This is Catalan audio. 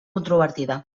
controvertida